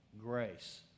grace